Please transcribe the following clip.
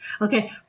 Okay